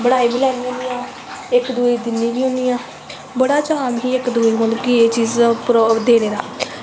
बनाई बी लैन्नी होनी ऐ इक दुऐ गी दिन्नी बी होनी ऐ बड़ा चा ऐ मतलव कि इक दुए गी एह् चीजां देनें दा